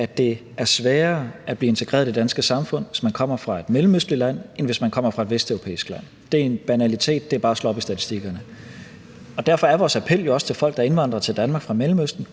at det er sværere at blive integreret i det danske samfund, hvis man kommer fra et mellemøstligt land, end hvis man kommer fra et vesteuropæisk land. Det er en banalitet, det er bare at slå op i statistikkerne, og derfor er vores appel jo også til folk, der indvandrer til Danmark fra Mellemøsten: